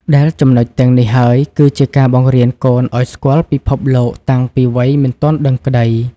ដែលចំណុចទាំងនេះហើយគឺជាការបង្រៀនកូនឱ្យស្គាល់ពិភពលោកតាំងពីវ័យមិនទាន់ដឹងក្តី។